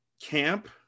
camp